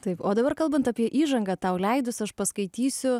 taip o dabar kalbant apie įžangą tau leidus aš paskaitysiu